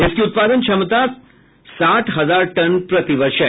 इसकी उत्पादन क्षमता साठ हजार टन प्रति वर्ष है